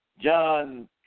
John